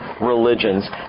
religions